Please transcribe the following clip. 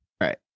Right